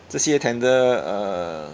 这些 tender uh